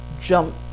jump